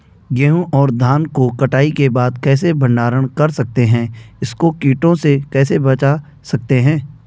गेहूँ और धान को कटाई के बाद कैसे भंडारण कर सकते हैं इसको कीटों से कैसे बचा सकते हैं?